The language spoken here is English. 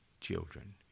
children